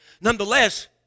Nonetheless